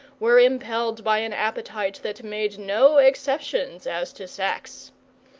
were impelled by an appetite that made no exceptions as to sex.